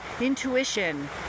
intuition